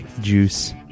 juice